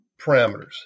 parameters